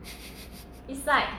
it's like